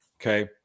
okay